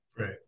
Right